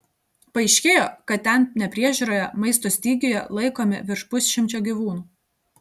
paaiškėjo kad ten nepriežiūroje maisto stygiuje laikomi virš pusšimčio gyvūnų